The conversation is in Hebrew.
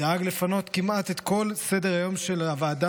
דאג לפנות כמעט את כל סדר-היום של הוועדה